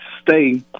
stay